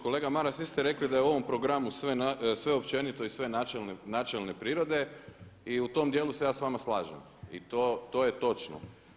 Kolega Maras vi ste rekli da je u ovom programu sve općenito i sve načelne prirode i u tom dijelu se ja sa vama slažem i to je točno.